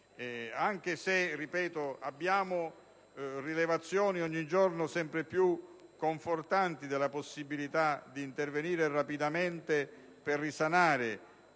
Anche se, lo ripeto, abbiamo rilevazioni ogni giorno sempre più confortanti sulla possibilità di intervenire rapidamente per risanare